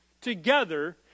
together